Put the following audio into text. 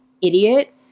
Idiot